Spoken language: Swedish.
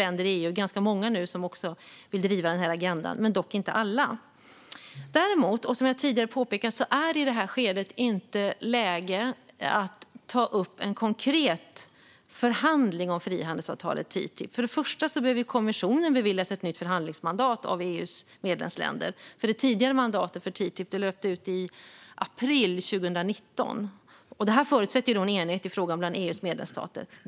Vi har nu i EU ganska många likasinnade länder, som också vill driva denna agenda - dock inte alla. Däremot är det, som jag tidigare har påpekat, i detta skede inte läge att ta upp en konkret förhandling om frihandelsavtalet TTIP. För det första behöver kommissionen beviljas ett nytt förhandlingsmandat av EU:s medlemsländer, för det tidigare mandatet för TTIP löpte ut i april 2019. Detta förutsätter enighet i frågan bland EU:s medlemsstater.